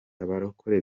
abarokore